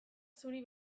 zuri